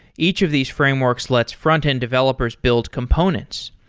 each of these frameworks lets front-end developers build components.